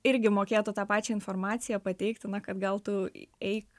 irgi mokėtų tą pačią informaciją pateiktiną kad gal tu eik